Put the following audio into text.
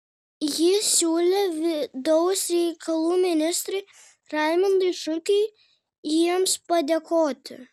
ji siūlė vidaus reikalų ministrui raimundui šukiui jiems padėkoti